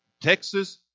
Texas